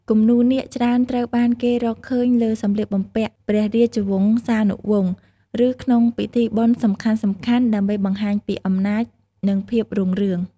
គំនូរនាគច្រើនត្រូវបានគេរកឃើញលើសម្លៀកបំពាក់ព្រះរាជវង្សានុវង្ស ឬក្នុងពិធីបុណ្យសំខាន់ៗ ដើម្បីបង្ហាញពីអំណាច និងភាពរុងរឿង។